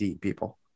people